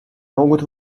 могут